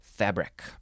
fabric